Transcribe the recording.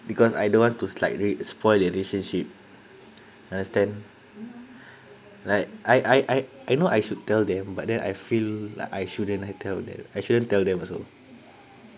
because I don't want to slightly spoil relationship understand like I I I I know I should tell them but then I feel like I shouldn't had tell them I shouldn't tell them also